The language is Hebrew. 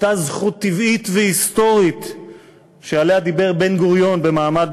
אותה זכות טבעית והיסטורית שעליה דיבר בן-גוריון במעמד